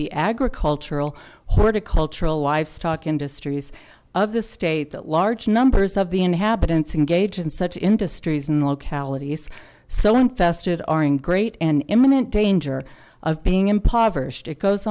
the agricultural horticultural livestock industries of the state that large numbers of the inhabitants engage in such industries and localities so infested are in great and imminent danger of being impoverished it goes